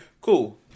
cool